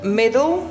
middle